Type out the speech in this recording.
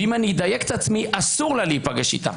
ואם אני אדייק את עצמי, אסור לה להיפגש איתה.